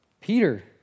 Peter